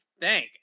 thank